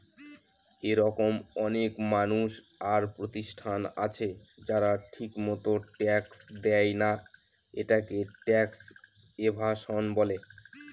এরকম অনেক মানুষ আর প্রতিষ্ঠান আছে যারা ঠিকমত ট্যাক্স দেয়না, এটাকে ট্যাক্স এভাসন বলে